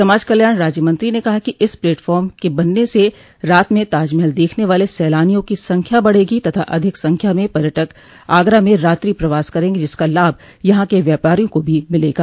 समाज कल्याण राज्यमंत्री ने कहा कि इस प्लेटफार्म के बनने से रात में ताजमहल देखने वाले सैलानियों की संख्या बढ़ेगी तथा अधिक संख्या पर्यटक आगरा में रात्रि प्रवास करेंगे जिसका लाभ यहाँ के व्यापारियों को भी मिलेगा